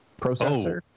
processor